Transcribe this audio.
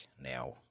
Now